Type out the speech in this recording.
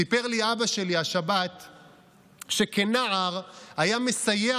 סיפר לי אבא שלי השבת שכנער היה מסייע